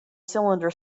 cylinder